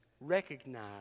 Recognize